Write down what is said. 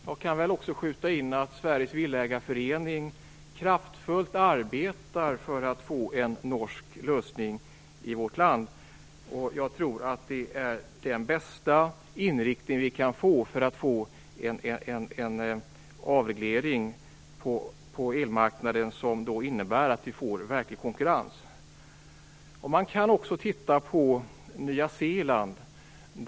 Jag kan också skjuta in att Sveriges Villaägareförening kraftfullt arbetar för att få en norsk lösning i vårt land. Jag tror att det är den bästa inriktning vi kan ha för att uppnå en avreglering på elmarknaden som innebär verklig konkurrens. Man kan också se situationen på Nya Zeeland.